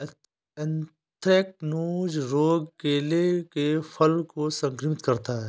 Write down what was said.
anthracnose रोग केले के फल को संक्रमित करता है